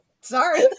Sorry